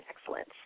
excellence